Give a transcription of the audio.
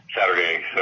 saturday